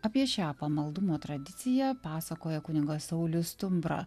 apie šią pamaldumo tradiciją pasakoja kunigas saulius stumbra